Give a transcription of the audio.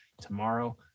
tomorrow